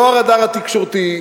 לא הרדאר התקשורתי,